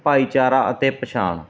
ਭਾਈਚਾਰਾ ਅਤੇ ਪਛਾਣ